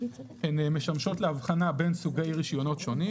משמשות להבחנה בין סוגי רישיונות שונים.